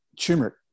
turmeric